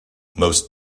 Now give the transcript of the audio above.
most